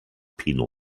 penal